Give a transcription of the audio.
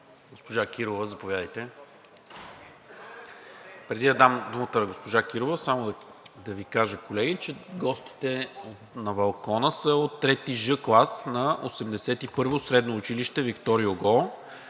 Госпожа Кирова. Преди да дам думата на госпожа Кирова, само да Ви кажа колеги, че гостите на балкона са от 3ж клас на 81-во средно училище „Виктор Юго“